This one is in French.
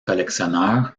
collectionneur